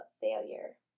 failure